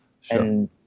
Sure